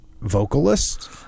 vocalists